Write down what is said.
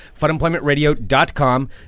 Funemploymentradio.com